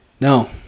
No